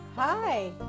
Hi